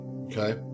Okay